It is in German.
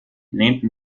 lehnten